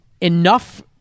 enough